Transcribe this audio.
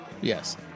Yes